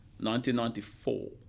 1994